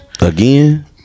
Again